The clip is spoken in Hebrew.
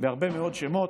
בהרבה מאוד שמות.